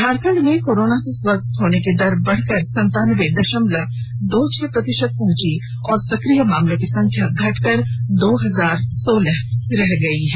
झारखंड में कोरोना से स्वस्थ होने की दर बढ़कर संतानबे दशमलव दो छह प्रतिशत पहुंच गई है और सक्रिय मामलों की संख्या घटकर दो हजार सोलह रह गई है